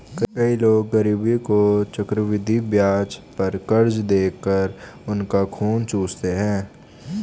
कई लोग गरीबों को चक्रवृद्धि ब्याज पर कर्ज देकर उनका खून चूसते हैं